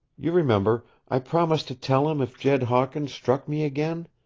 you remember i promised to tell him if jed hawkins struck me again.